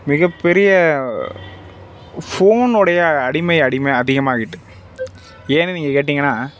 மிகப்பெரிய ஃபோனோடைய அடிமை அடிமை அதிகமாக ஆகிட்டு ஏன்னு நீங்கள் கேட்டிங்கன்னால்